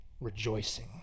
rejoicing